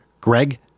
Greg